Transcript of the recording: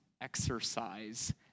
exercise